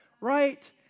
right